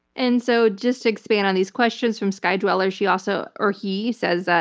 and so just to expand on these questions from skydweller, she also, or he, says,